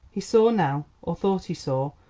he saw now, or thought he saw,